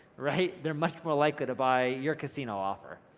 right, they're much more likely to buy your casino offer.